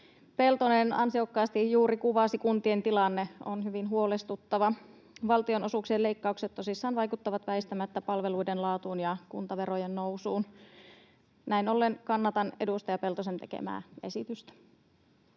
Peltonen ansiokkaasti juuri kuvasi, kuntien tilanne on hyvin huolestuttava. Valtionosuuksien leikkaukset tosissaan vaikuttavat väistämättä palveluiden laatuun ja kuntaverojen nousuun. Näin ollen kannatan edustaja Peltosen tekemää esitystä.